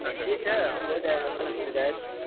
ٹھیک ہے ہو جائے گا گُنجایش